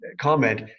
comment